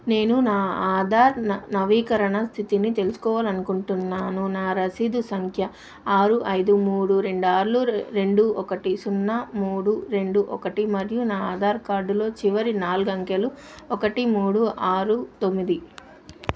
నేను నా ఆధార్ నవీకరణ స్థితిని తెలుసుకోవాలి అనుకుంటున్నాను నా రసీదు సంఖ్య ఆరు ఐదు మూడు రెండు ఆర్లు రెండు ఒకటి సున్నా మూడు రెండు ఒకటి మరియు నా ఆధార్ కార్డ్లో చివరి నాలుగు అంకెలు ఒకటి మూడు ఆరు తొమ్మిది